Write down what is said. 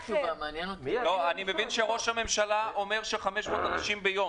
הבנתי שראש הממשלה הגביל ל-500 אנשים ביום?